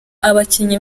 abakinnyi